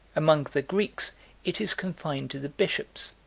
among the greeks it is confined to the bishops